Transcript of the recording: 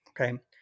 Okay